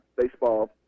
baseball